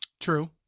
True